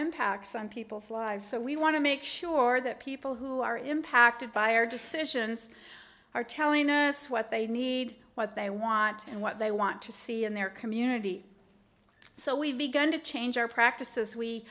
impacts on people's lives so we want to make sure that people who are impacted by our decisions are telling us what they need what they want and what they want to see in their community so we've begun to change our practices we